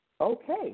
Okay